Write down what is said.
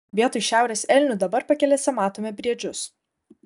vietoj šiaurės elnių dabar pakelėse matome briedžius